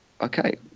okay